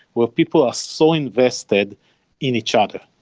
where people are so invested in each other.